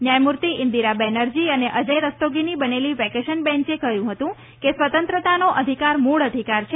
ન્યાયમૂર્તિ ઇન્દિરા બેનરજી અને અજય રસ્તોગીની બનેલી વેકેશન બેન્ચે કહ્યું હતું કે સ્વતંત્રતાનો અધિકાર મૂળ અધિકાર છે